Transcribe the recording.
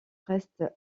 reste